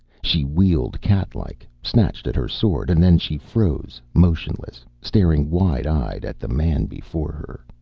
she wheeled cat-like, snatched at her sword and then she froze motionless, staring wide-eyed at the man before her.